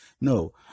No